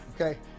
Okay